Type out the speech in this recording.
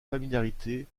familiarité